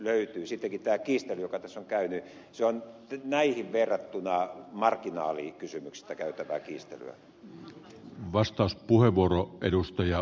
sittenkin tämä kiistely joka tässä on käyty on näihin verrattuna marginaalikysymyksistä käytävää kiistelyä